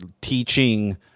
teaching